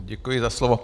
Děkuji za slovo.